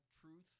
truth